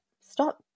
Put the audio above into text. stop